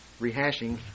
rehashing